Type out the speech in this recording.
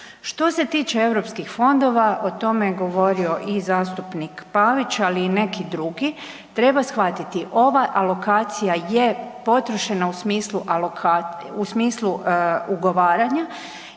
Što se tiče Europskih fondova, o tome je govorio i zastupnik Pavić, ali i neki drugi. Treba shvatiti ova alokacija je potrošena u smislu ugovaranja